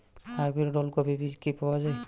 Hybrid ওলকফি বীজ কি পাওয়া য়ায়?